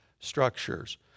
structures